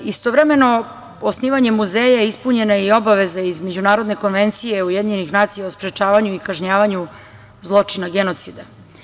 Istovremeno, osnivanjem muzeja ispunjena je i obaveza iz Međunarodne konvencije UN o sprečavanju i kažnjavanju zločina genocida.